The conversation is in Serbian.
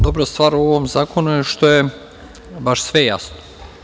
Dobra stvar u ovom zakonu je što je baš sve jasno.